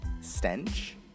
stench